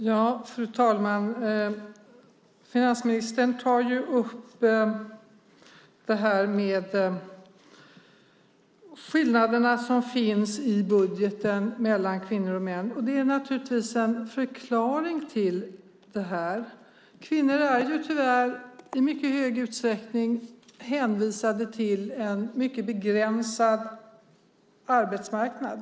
Fru talman! Finansministern tar upp de skillnader som finns i budgeten mellan kvinnor och män. Det finns naturligtvis en förklaring till det. Kvinnor är tyvärr i mycket hög utsträckning hänvisade till en mycket begränsad arbetsmarknad.